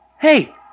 Hey